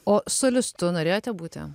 o solistu norėjote būti